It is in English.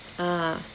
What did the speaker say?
ah